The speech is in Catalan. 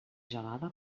gelada